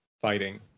fighting